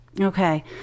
Okay